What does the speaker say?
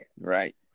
right